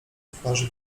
twarz